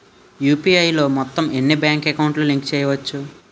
UPI లో మొత్తం ఎన్ని బ్యాంక్ అకౌంట్ లు లింక్ చేయచ్చు?